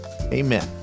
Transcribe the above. Amen